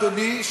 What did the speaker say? אדוני,